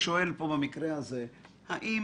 האם